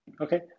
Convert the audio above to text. Okay